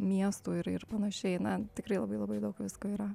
miestų ir ir panašiai na tikrai labai labai daug visko yra